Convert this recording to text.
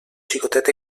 xicotet